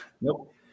Nope